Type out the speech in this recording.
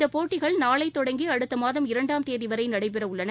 இந்த போட்டிகள் நாளை தொடங்கி அடுத்த மாதம் இரண்டாம் தேதி வரை நடைபெறவுள்ளன